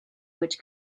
which